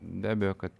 be abejo kad